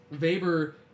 Weber